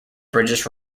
british